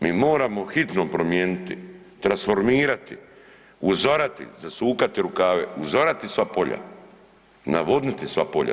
Mi moramo hitno promijeniti, transformirati, uzorati, zasukati rukave, uzorati sva polja, navodniti sva polja.